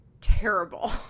terrible